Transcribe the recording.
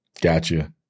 Gotcha